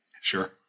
Sure